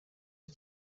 iyi